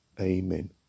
Amen